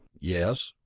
yes?